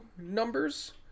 numbers